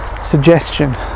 Suggestion